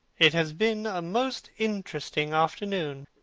it has been a most interesting afternoon.